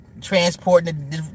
transporting